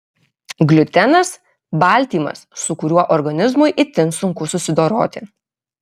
gliutenas baltymas su kuriuo organizmui itin sunku susidoroti